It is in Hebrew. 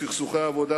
סכסוכי עבודה,